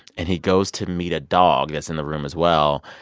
and he goes to meet a dog that's in the room as well,